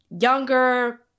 younger